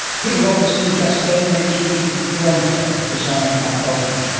peter robertson just then mentioned the interferometer, designed by bolton.